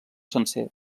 sencer